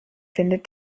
findet